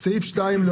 סעיף 2,